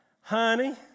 Honey